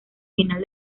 final